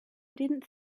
didn’t